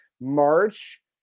March